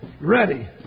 Ready